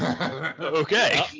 Okay